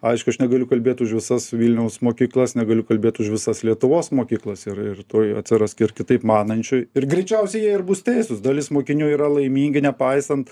aišku aš negaliu kalbėt už visas vilniaus mokyklas negaliu kalbėt už visas lietuvos mokyklas ir ir tuoj atsiras ir kitaip manančių ir greičiausiai jie ir bus teisūs dalis mokinių yra laimingi nepaisant